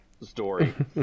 story